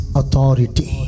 authority